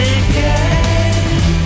again